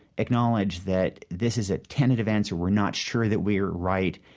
acknowledge that this is a tentative answer. we're not sure that we are right.